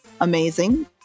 amazing